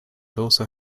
also